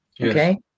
okay